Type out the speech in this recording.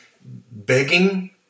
begging